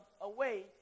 away